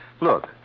Look